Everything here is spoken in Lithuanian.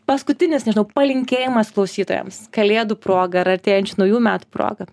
paskutinis nežinau palinkėjimas klausytojams kalėdų proga ir artėjančių naujų metų proga